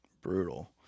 brutal